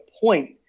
point